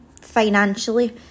financially